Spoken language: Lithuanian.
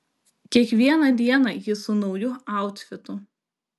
kiekvieną dieną ji su nauju autfitu